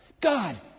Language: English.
God